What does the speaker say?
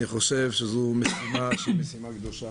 אני חושב שזו משימה קדושה.